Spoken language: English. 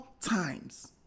times